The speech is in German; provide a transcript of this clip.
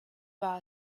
war